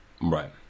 Right